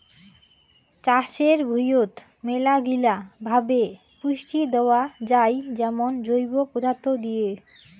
চাষের ভুঁইয়ত মেলাগিলা ভাবে পুষ্টি দেয়া যাই যেমন জৈব পদার্থ দিয়ে